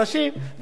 והוועדה האחרת,